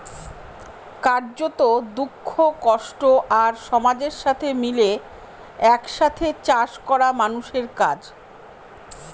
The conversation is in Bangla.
কার্যত, দুঃখ, কষ্ট আর সমাজের সাথে মিলে এক সাথে চাষ করা মানুষের কাজ